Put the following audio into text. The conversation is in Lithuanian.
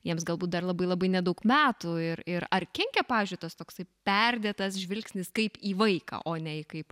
jiems galbūt dar labai labai nedaug metų ir ir ar kenkia pavyzdžiui tas toksai perdėtas žvilgsnis kaip į vaiką o ne į kaip